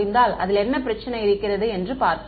அதில் என்ன பிரச்சினை இருக்கிறது என்று பார்ப்போம்